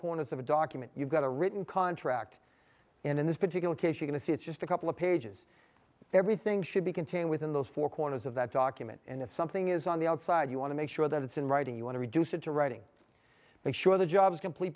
corners of a document you've got a written contract in this particular case you can see it's just a couple of pages everything should be contained within those four corners of that document and if something is on the outside you want to make sure that it's in writing you want to reduce it to writing make sure the job complete